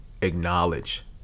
acknowledge